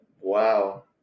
Wow